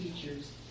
teachers